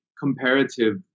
comparative